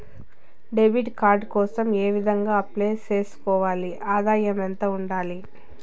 Debit card కోసం ఏ విధంగా అప్లై సేసుకోవాలి? ఆదాయం ఎంత ఉండాలి?